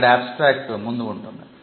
ఇక్కడ abstract ముందు ఉంటుంది